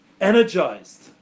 energized